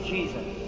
Jesus